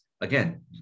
again